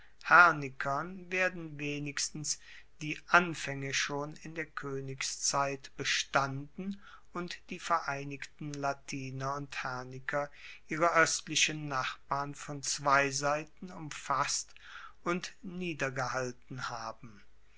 hernikern werden wenigstens die anfaenge schon in der koenigszeit bestanden und die vereinigten latiner und herniker ihre oestlichen nachbarn von zwei seiten umfasst und niedergehalten haben